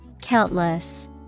Countless